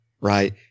right